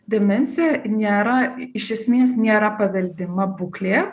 demensija nėra iš esmės nėra paveldima būklė